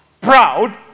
proud